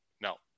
No